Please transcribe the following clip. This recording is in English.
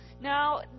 now